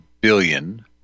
billion